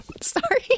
Sorry